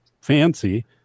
fancy